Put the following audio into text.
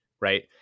right